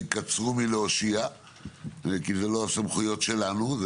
קצרו מלהושיע כי אלו לא הסמכויות שלנו,